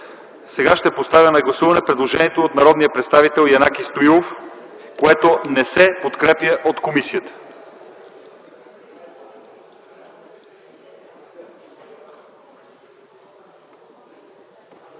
Сега поставям на гласуване предложението на народния представител Янаки Стоилов, което не се подкрепя от комисията.